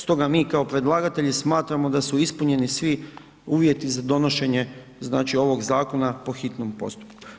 Stoga mi kao predlagatelji smatramo da su ispunjeni svi uvjeti za donošenje znači ovog zakona po hitnom postupku.